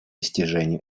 достижению